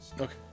Okay